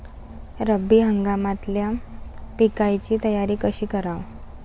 रब्बी हंगामातल्या पिकाइची तयारी कशी कराव?